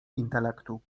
intelektu